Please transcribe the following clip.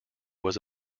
was